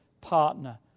partner